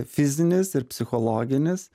fizinis ir psichologinis